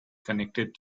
connected